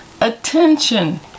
Attention